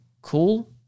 cool